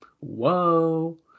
Whoa